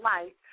Life